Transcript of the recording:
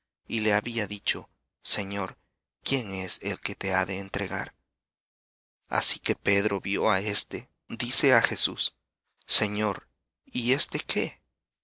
y había dicho señor quién es el que te ha de entregar así que pedro vió á éste dice á jesús señor y éste qué